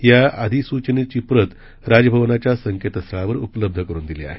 या अधिसूचनाचे प्रत राजभवनाच्या संकेतस्थळावर उपलब्ध करुन दिली आहे